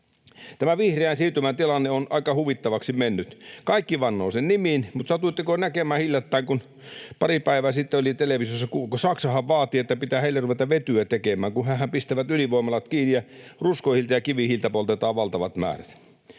Tämän vihreän siirtymän tilanne on aika huvittavaksi mennyt. Kaikki vannovat sen nimiin, mutta satuitteko näkemään hiljattain, kun pari päivää sitten oli televisiossa, kun Saksa vaatii, että pitää heille ruveta vetyä tekemään, kun hehän pistävät ydinvoimalat kiinni ja ruskohiiltä ja kivihiiltä poltetaan valtavat määrät?